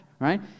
Right